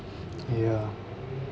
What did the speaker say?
yeah